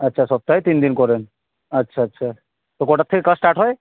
আচ্ছা সপ্তাহে তিন দিন করেন আচ্ছা আচ্ছা তো কটার থেকে ক্লাস স্টার্ট হয়